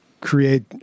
create